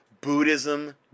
buddhism